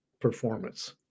performance